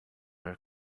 her